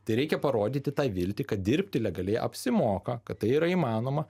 tereikia parodyti tą viltį kad dirbti legaliai apsimoka kad tai yra įmanoma